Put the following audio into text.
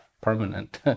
permanent